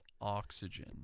oxygen